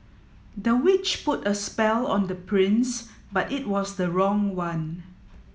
the witch put a spell on the prince but it was the wrong one